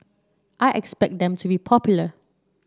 I expect them to be popular